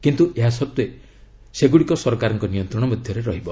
କିନ୍ତୁ ଏହା ସତ୍ତ୍ୱେ ସେଗୁଡ଼ିକ ସରକାରଙ୍କ ନିୟନ୍ତ୍ରଣ ମଧ୍ୟରେ ରହିବ